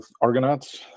argonauts